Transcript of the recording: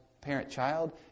parent-child